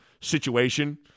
situation